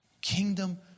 Kingdom